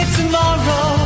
tomorrow